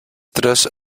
tres